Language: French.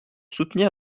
soutenir